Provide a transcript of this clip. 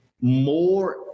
more